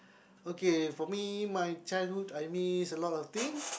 okay for me my childhood I miss a lot of things